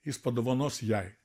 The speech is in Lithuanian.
jis padovanos jai